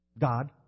God